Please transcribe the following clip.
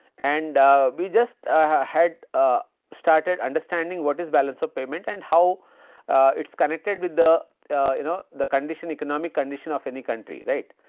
and we just had ah started understanding what is balance of payment and how it is connected with the you know the condition economic, condition of any country right.